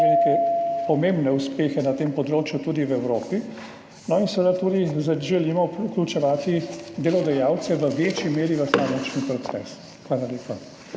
neke pomembne uspehe na tem področju tudi v Evropi. In seveda želimo tudi vključevati delodajalce v večji meri v ta učni proces. Hvala lepa.